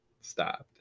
stopped